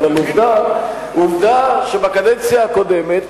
אבל עובדה שבקדנציה הקודמת,